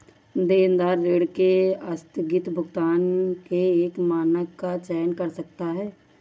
देनदार ऋण के आस्थगित भुगतान के एक मानक का चयन कर सकता है